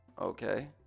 okay